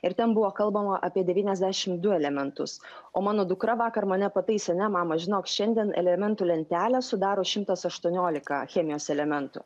ir ten buvo kalbama apie devyniasdešim du elementus o mano dukra vakar mane pataisė ne mama žinok šiandien elementų lentelę sudaro šimtas aštuoniolika chemijos elementų